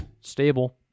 stable